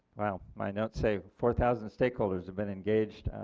well, my notes say four thousand stakeholders have been engaged